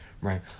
right